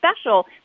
special